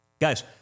Guys